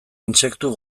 intsektu